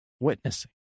witnessing